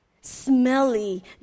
Smelly